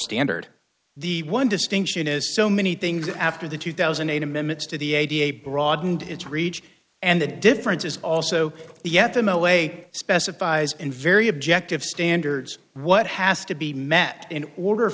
standard the one distinction is so many things after the two thousand and eight amendments to the broadened its reach and the difference is also yet them away specifies in very objective standards what has to be met in order